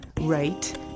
right